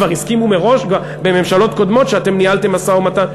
כבר הסכימו מראש בממשלות קודמות שאתם ניהלתם משא-ומתן.